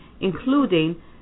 including